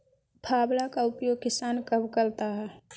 फावड़ा का उपयोग किसान कब करता है?